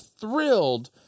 thrilled